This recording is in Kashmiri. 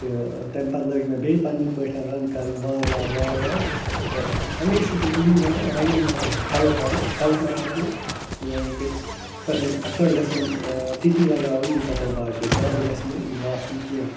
تہٕ تَمہِ پَتہٕ لٲج مےٚ بیٚیہِ پنٛنی پٲٹھۍ رَن کَرٕنۍ وارٕ وارٕ وارٕ وارٕ تہٕ ہمیشہ بہٕ یی وَنان رَنِنٛگ منٛز گژھِ نہٕ ہٮ۪لہٕ کَرُن ہٮ۪ل مطلب گوٚو یعنی کہِ اٮ۪فٲٹ گژھَن تِتی لَگاوٕنۍ یوٗتاہ تۄہہِ باسیو زیادٕ گژھِ نہٕ یہِ باسُن کیٚنٛہہ